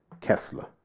Kessler